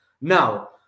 Now